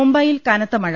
മുംബൈയിൽ കനത്ത മഴ